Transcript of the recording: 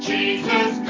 Jesus